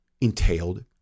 entailed